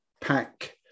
pack